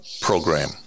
program